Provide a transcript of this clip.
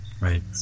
Right